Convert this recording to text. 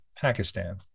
Pakistan